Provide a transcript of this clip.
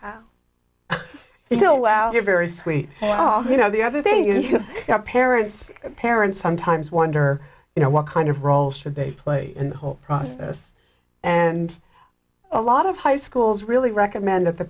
know wow you're very sweet oh you know the other thing is parents parents sometimes wonder you know what kind of role should they play in the whole process and a lot of high schools really recommend that the